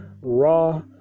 raw